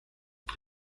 hay